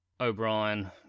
O'Brien